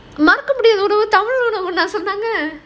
not indian food tamil லையா சொன்னாங்க:laiyaa sonnaanga